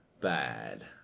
Bad